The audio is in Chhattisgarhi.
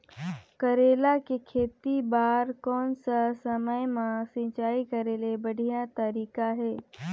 करेला के खेती बार कोन सा समय मां सिंचाई करे के बढ़िया तारीक हे?